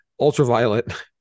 Ultraviolet